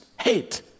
hate